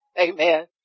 amen